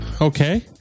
Okay